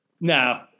no